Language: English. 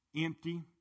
empty